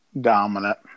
Dominant